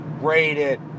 rated